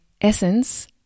essence